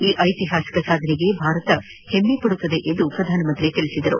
ಈ ಐತಿಹಾಸಿಕ ಸಾಧನೆಗೆ ಭಾರತ ಹೆಮ್ನೆ ಪಡುತ್ತದೆ ಎಂದರು